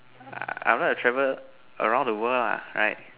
I I would like to travel around the world lah right